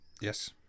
Yes